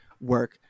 work